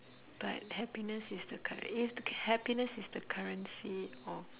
but happiness is the curren~ you have to happiness is the currency of